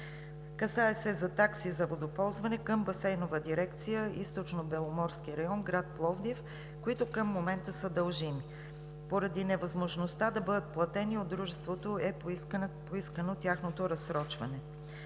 Касае се за такси за водоползване към Басейнова дирекция „Източнобеломорски район“ – гр. Пловдив, които към момента са дължими. Поради невъзможността да бъдат платени от Дружеството е поискано тяхното разсрочване.